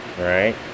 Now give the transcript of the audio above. Right